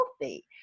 healthy